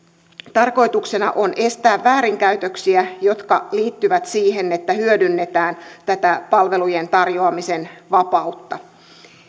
tarkoituksena on estää väärinkäytöksiä jotka liittyvät siihen että hyödynnetään tätä palvelujen tarjoamisen vapautta